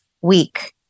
week